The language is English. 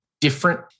different